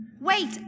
Wait